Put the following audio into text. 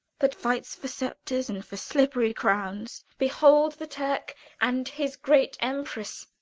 that fight'st for sceptres and for slippery crowns, behold the turk and his great emperess!